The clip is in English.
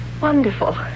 wonderful